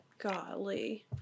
Golly